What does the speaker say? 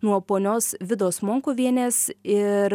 nuo ponios vidos monkuvienės ir